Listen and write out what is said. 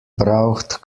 braucht